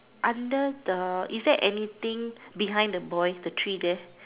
under the is there anything behind the boy the tree there